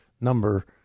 number